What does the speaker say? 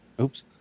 Oops